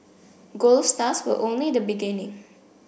gold stars were only the beginning